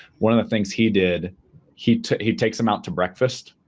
one of the things he did he he takes them out to breakfast,